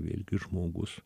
vėlgi žmogus